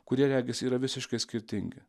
kurie regis yra visiškai skirtingi